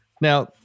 Now